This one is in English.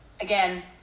again